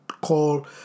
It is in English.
call